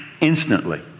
instantly